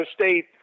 State